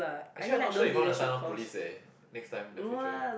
actually I not sure if I want to sign up police eh next time the future